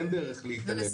אין דרך להתעלם מזה.